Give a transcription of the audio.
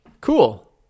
Cool